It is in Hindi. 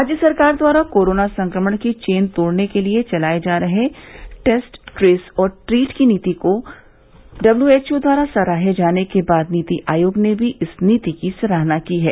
राज्य सरकार द्वारा कोरोना संक्रमण की चेन तोड़ने के लिये चलाये जा रहे टेस्ट ट्रेस और ट्रीट की नीति को डल्ब्यूएचओ द्वारा सराहे जाने के बाद नीति आयोग ने भी इस नीति की सराहना की है